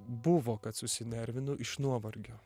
buvo kad susinervinu iš nuovargio